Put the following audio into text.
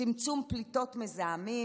צמצום פליטות מזהמים